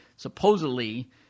supposedly